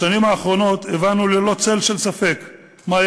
בשנים האחרונות הבנו ללא צל של ספק מהי